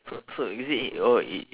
so so is it oh i~